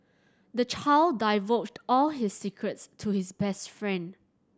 the child divulged all his secrets to his best friend